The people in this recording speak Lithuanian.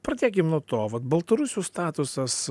pradėkim nuo to vat baltarusių statusas